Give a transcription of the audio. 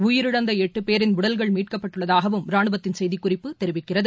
உயிரிழந்தளட்டுபோின் உடல்கள் மீட்கப்பட்டுள்ளதாகவும் ரானுவத்தின் செய்திக்குறிப்பு தெரிவிக்கிறது